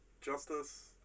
Justice